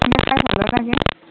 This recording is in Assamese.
সেনেকৈ খাই ভালো লাগে